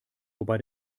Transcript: wobei